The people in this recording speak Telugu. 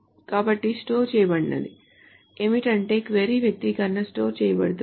కాబట్టి స్టోర్ చేయబడినది ఏమిటంటే క్వరీ వ్యక్తీకరణ స్టోర్ చేయబడుతుంది